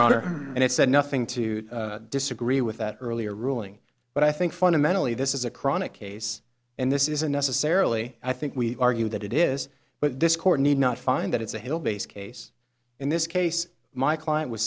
order and i said nothing to disagree with that earlier ruling but i think fundamentally this is a chronic case and this is unnecessarily i think we argued that it is but this court need not find that it's a hill based case in this case my client was